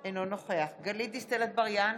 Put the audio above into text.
אינו נוכח גלית דיסטל אטבריאן,